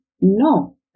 No